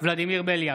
ולדימיר בליאק,